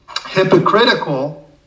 hypocritical